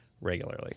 regularly